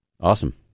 Awesome